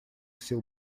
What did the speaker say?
сил